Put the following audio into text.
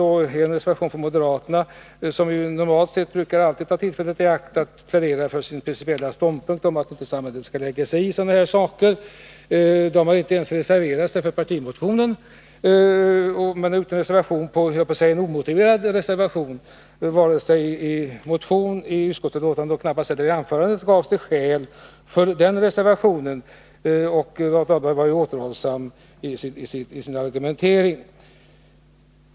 En reservation har anförts av moderaterna, som ju normalt brukar ta tillfället i akt att plädera för sin principiella ståndpunkt — att samhället inte skall lägga sig i sådana här saker. Man reserverar sig inte ens för partimotionen. Till reservationen knyter man enbart ett särskilt yttrande. Det är — höll jag på att säga — en omotiverad reservation. Varken i motionen eller i utskottsbetänkandet — och knappast heller i anförandet — gavs det skäl för denna reservation. Rolf Dahlberg var ju återhållsam i sin argumentering.